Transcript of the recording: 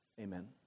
Amen